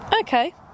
okay